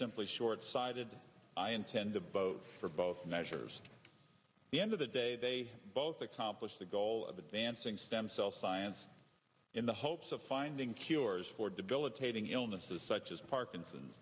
simply short sided i intend to vote for both measures the end of the day they both accomplish the goal of advancing stem cell science in the hopes of finding cures for debilitating illnesses such as parkinson's